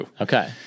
Okay